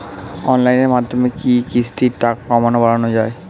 অনলাইনের মাধ্যমে কি কিস্তির টাকা কমানো বাড়ানো যায়?